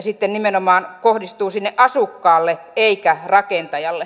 sitten nimenomaan kohdistuu sinne asukkaalle eikä rakentajalle